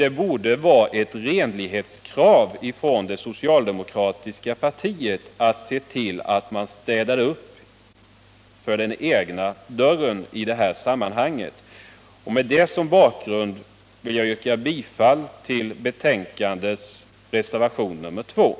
Det borde vara ett renlighetskrav i det socialdemokratiska partiet att se till att man i detta sammanhang städar upp utanför den egna dörren. Med det anförda som bakgrund vill jag yrka bifall till reservationen 2 vid utskottets betänkande.